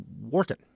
working